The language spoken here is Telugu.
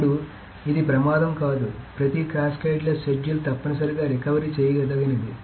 ఇప్పుడు ఇది ప్రమాదం కాదు ప్రతి క్యాస్కేడ్లెస్ షెడ్యూల్ తప్పనిసరిగా రికవరీ చేయదగినది